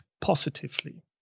positively